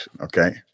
okay